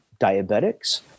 diabetics